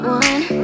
one